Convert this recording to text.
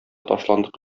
ташландык